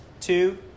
two